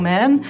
Man